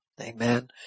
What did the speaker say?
Amen